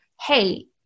Hey